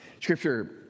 Scripture